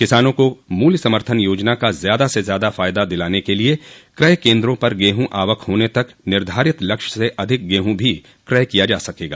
किसानों को मूल्य समर्थन योजना का ज्यादा से ज्यादा फायदा दिलाने के लिए क्रय केन्द्रों पर गेहूँ आवक होने तक निर्धारित लक्ष्य से अधिक गेहूँ भी क्रय किया जा सकेगा